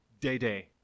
day-day